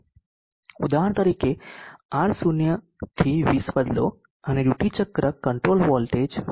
ઉદાહરણ તરીકે R0 થી 20 બદલો અને ડ્યુટી ચક્ર કંટ્રોલ વોલ્ટેજ VC 0